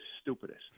stupidest